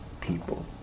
people